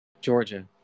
Georgia